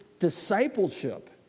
discipleship